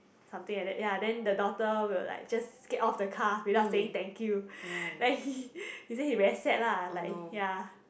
something like that ya then the daughter will like just get off the car without saying thank you then he say he very sad lah like ya